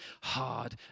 hard